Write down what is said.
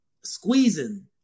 squeezing